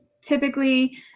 typically